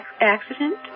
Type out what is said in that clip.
accident